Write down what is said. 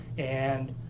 and,